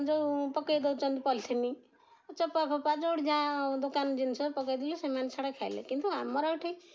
ଯେଉଁ ପକାଇ ଦେଉଛନ୍ତି ପଲିଥିନ୍ ଚୋପା ଫୋପା ଯେଉଁଠି ଯାହା ଦୋକାନ ଜିନିଷ ପକାଇଦ ସେମାନେ ସେଡ଼ା ଖାଇଲେ କିନ୍ତୁ ଆମର ଏଠି